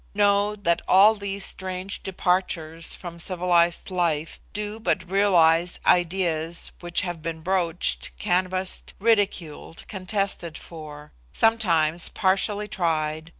know that all these strange departures from civilised life do but realise ideas which have been broached, canvassed, ridiculed, contested for sometimes partially tried,